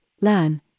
learn